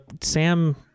Sam